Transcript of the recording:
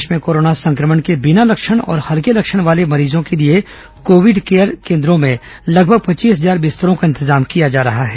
प्रदेश में कोरोना संक्रमण के बिना लक्षण और हल्के लक्षण वाले मरीजों के लिए कोविड केयर केन्द्रों में लगभग पच्चीस हजार बिस्तरों का इंतजाम किया जा रहा है